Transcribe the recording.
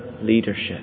leadership